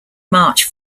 march